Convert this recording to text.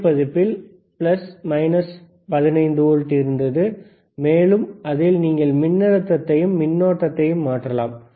புதிய பதிப்பில் plus minus 15 volt இருந்தது மேலும் அதில் நீங்கள் மின்னழுத்தத்தையும் மின்னோட்டத்தையும் மாற்றலாம்